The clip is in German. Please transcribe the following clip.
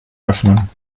öffnen